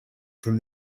from